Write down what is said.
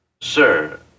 Sir